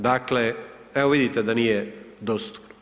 Dakle, evo vidite da nije dostupno.